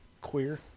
Queer